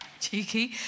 Cheeky